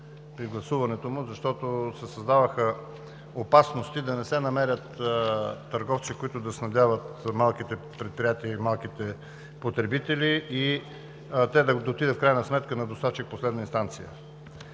при гласуването му, защото се създаваха опасности да не се намерят търговци, които да снабдяват малките предприятия и малките потребители и те в крайна сметка да отидат на доставчик последна инстанция.